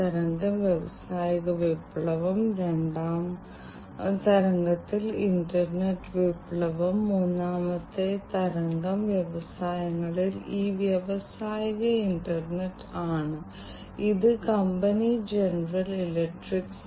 carbon dioxide അല്ലെങ്കിൽ carbon monoxide മരണത്തിന് കാരണമാകുമെന്ന് നിങ്ങളിൽ മിക്കവർക്കും ഇതിനകം അറിയാവുന്നതിനാൽ മീഥേൻ വളരെ ജ്വലിക്കുന്ന വാതകമാണ്